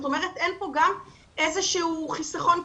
כלומר, אין פה גם איזשהו חיסכון כלכלי.